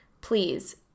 please